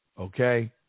Okay